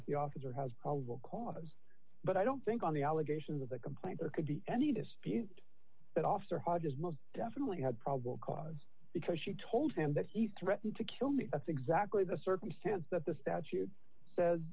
the officer has probable cause but i don't think on the allegations of the complaint there could be any dispute that officer hodges must definitely have probable cause because she told him that he threatened to kill me that's exactly the circumstance that the statute says